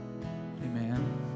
Amen